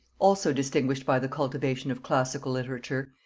also distinguished by the cultivation of classical literature,